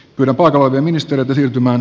meno paluu työministeriötä siirtämään